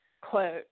quote